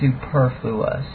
superfluous